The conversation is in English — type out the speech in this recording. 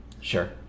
sure